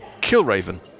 Killraven